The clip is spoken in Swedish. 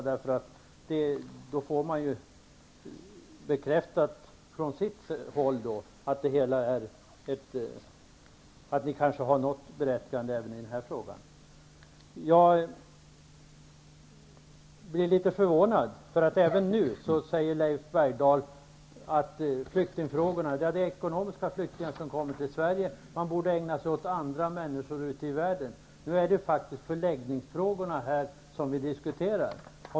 Då får ni från ert håll bekräftat att ni kanske har något berättigande även i den här frågan. Men jag blev litet förvånad. Även nu säger Leif Bergdahl att det är ekonomiska flyktingar som kommer till Sverige och att man i stället borde ägna sig åt andra människor ute i världen. Nu är det faktiskt förläggningsfrågorna vi diskuterar.